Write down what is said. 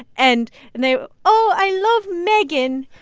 and and they oh, i love meghan.